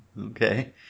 okay